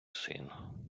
син